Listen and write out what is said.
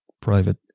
private